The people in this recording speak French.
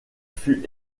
fut